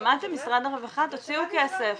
שמעתם משרד הרווחה - תוציאו כסף.